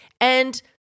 And-